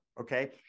okay